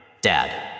dad